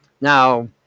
Now